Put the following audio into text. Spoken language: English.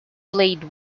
played